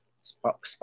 Spot